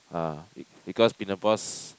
ah because in the past